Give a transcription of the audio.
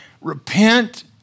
Repent